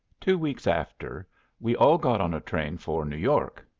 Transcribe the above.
two weeks after we all got on a train for new york,